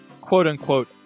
quote-unquote